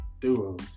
Duos